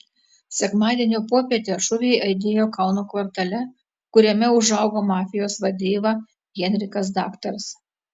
sekmadienio popietę šūviai aidėjo kauno kvartale kuriame užaugo mafijos vadeiva henrikas daktaras